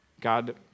God